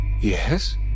Yes